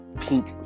pink